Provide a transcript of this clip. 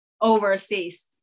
overseas